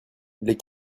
les